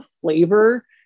flavor